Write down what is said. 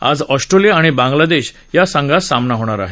आज ऑस्ट्रेलिया आणि बांग्लादेश संघात सामना होणार आहे